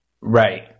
Right